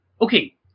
Okay